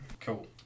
cool